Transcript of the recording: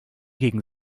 gegen